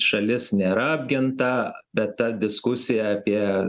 šalis nėra apginta bet ta diskusija apie